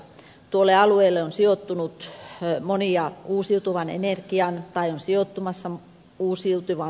tuolle alueelle on sijoittumassa monia uusiutuvan energian painosti ottamassa uusi lukema